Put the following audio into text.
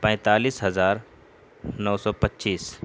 پینتالیس ہزار نو سو پچیس